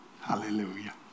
hallelujah